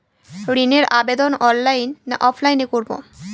ঋণের আবেদন অনলাইন না অফলাইনে করব?